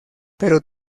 pero